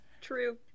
True